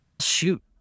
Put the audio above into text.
Shoot